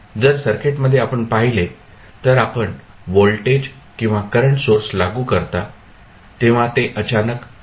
जर सर्किटमध्ये आपण पाहिले तर आपण व्होल्टेज किंवा करंट सोर्स लागू करता तेव्हा ते अचानक लागू होते